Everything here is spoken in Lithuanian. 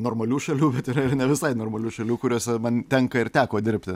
normalių šalių yra ir ne visai normalių šalių kuriose man tenka ir teko dirbti